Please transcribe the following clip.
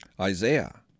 Isaiah